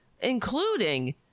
including